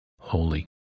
holy